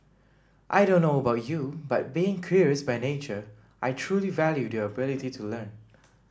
I don't know about you but being curious by nature I truly value the ability to learn